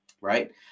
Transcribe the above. right